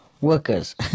workers